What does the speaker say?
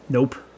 Nope